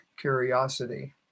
curiosity